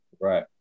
Right